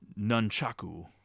Nunchaku